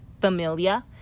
familia